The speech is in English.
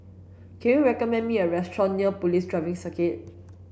can you recommend me a restaurant near Police Driving Circuit